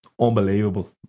Unbelievable